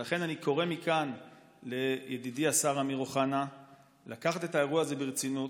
ולכן אני קורא מכאן לידידי השר אמיר אוחנה לקחת את האירוע הזה ברצינות,